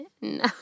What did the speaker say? No